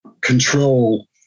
control